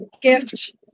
gift